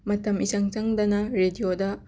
ꯃꯇꯝ ꯏꯆꯪ ꯆꯪꯗꯅ ꯔꯦꯗꯤꯌꯣꯗ